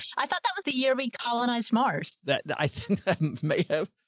i thought that was the year we colonize mars that that i think may have,